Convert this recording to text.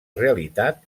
realitat